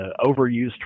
overused